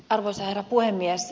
arvoisa herra puhemies